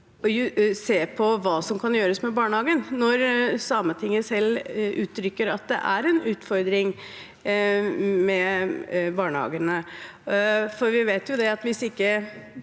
å se på hva som kan gjøres med barnehagene, når Sametinget selv uttrykker at det er en utfordring med barnehagene? Vi vet jo at hvis ikke